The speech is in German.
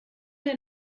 der